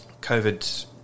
COVID